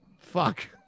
fuck